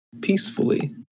peacefully